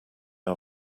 are